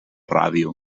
ràdio